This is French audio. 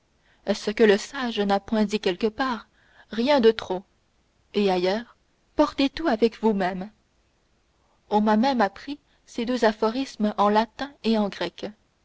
est-ce que le sage n'a point dit quelque part rien de trop et ailleurs portez tout avec vous-même on m'a même appris ces deux aphorismes en latin et en grec